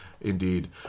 indeed